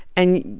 and,